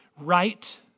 Right